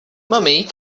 mommy